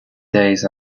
days